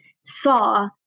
saw